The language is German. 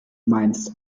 meinst